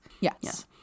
yes